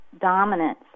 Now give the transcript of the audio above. dominance